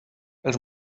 els